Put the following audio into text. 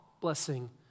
blessing